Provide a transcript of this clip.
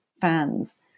fans